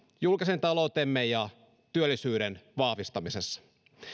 julkisen taloutemme ja työllisyyden vahvistamisessa